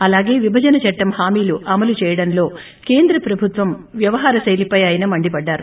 అలాగే విభజన చట్లం హామీల్చు అమలు చేయడ్డంలో కేంద్ర ప్రభుత్వం వ్యవహార శైలిపై ఆయన మండిపడ్డారు